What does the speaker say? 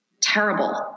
terrible